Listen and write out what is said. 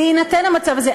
בהינתן המצב הזה,